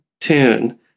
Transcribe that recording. tune